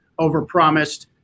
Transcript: overpromised